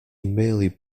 merely